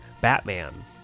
Batman